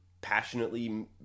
passionately